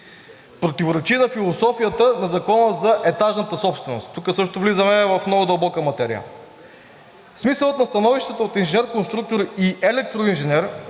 Противоречи на философията на Закона за етажната собственост. Тук също влизаме в много дълбока материя. Смисълът на становището от инженер-конструктор и електроинженер